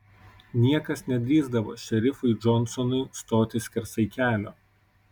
niekas nedrįsdavo šerifui džonsonui stoti skersai kelio